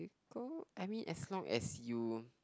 physical I mean as long as you